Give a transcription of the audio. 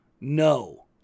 no